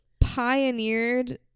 pioneered